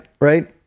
right